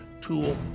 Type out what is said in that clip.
tool